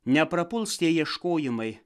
neprapuls tie ieškojimai